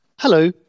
Hello